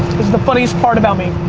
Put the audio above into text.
is the funniest part about me.